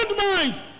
mind